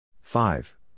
five